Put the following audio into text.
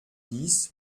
dix